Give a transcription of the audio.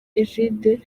egide